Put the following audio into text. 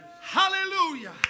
Hallelujah